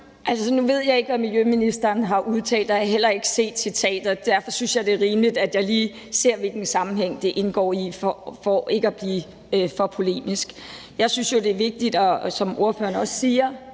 nu ved jeg ikke, hvad miljøministeren har udtalt, og jeg har heller ikke set citatet, og derfor synes jeg, det er rimeligt, at jeg lige ser, hvilken sammenhæng det indgår i, for ikke at blive for polemisk. Ordføreren nævner Øresund, og det er jo et af de steder,